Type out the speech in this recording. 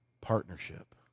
partnership